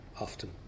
often